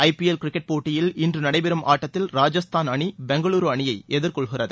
ஐ P L cricket போட்டியில் இன்று நடைபெறும் ஆட்டத்தில் ராஜஸ்தான் அணி பெங்களூரு அணியை எதிர் கொள்கிறது